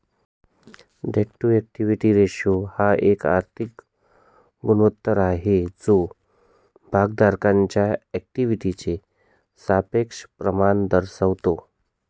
date to equity ratio हा एक आर्थिक गुणोत्तर आहे जो भागधारकांच्या इक्विटीचे सापेक्ष प्रमाण दर्शवतो